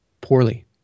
poorly